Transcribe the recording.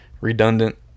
redundant